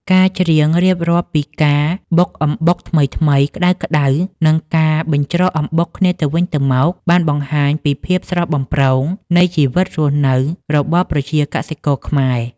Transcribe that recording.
ការច្រៀងរៀបរាប់ពីការបុកអំបុកថ្មីៗក្តៅៗ និងការបញ្ច្រកអំបុកគ្នាទៅវិញទៅមក បានបង្ហាញពីភាពស្រស់បំព្រងនៃជីវភាពរស់នៅរបស់ប្រជាកសិករខ្មែរ